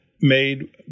made